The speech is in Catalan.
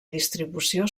distribució